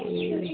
ए